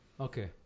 Okay